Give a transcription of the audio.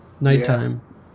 Nighttime